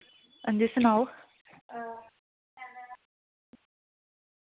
हां जी सनाओ